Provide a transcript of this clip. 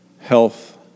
health